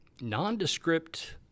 nondescript